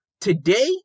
Today